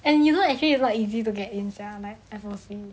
and you know actually it's not easy to get in sia F_O_C